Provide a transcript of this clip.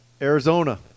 Arizona